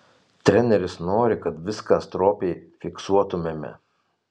treneris nori kad viską stropiai fiksuotumėme